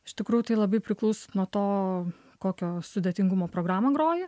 iš tikrųjų tai labai priklauso nuo to kokio sudėtingumo programą groji